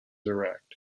erect